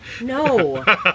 No